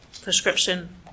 Prescription